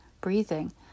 breathing